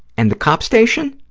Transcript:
and the cop station?